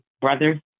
brother